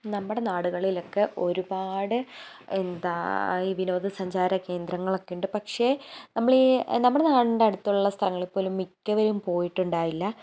നമ്മുടെ നാടുകളിലൊക്കെ ഒരുപാട് എന്താ ഈ വിനോദ സഞ്ചാര കേന്ദ്രങ്ങളൊക്കെയുണ്ട് പക്ഷെ നമ്മളയീ നമ്മള നാടിൻറ്റെ അടുത്തുള്ള സ്ഥലങ്ങളിൽ പോലും മിക്കവരും പോയിട്ടുണ്ടാകില്ല